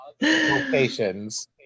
locations